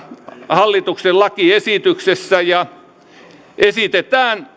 hallituksen lakiesityksessä esitetään